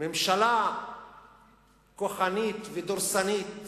ממשלה כוחנית ודורסנית